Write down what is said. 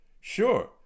Sure